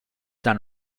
than